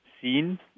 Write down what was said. seen